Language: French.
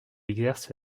exerce